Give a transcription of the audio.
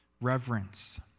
reverence